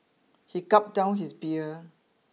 he gulped down his beer